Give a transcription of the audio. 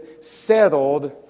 settled